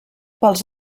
pels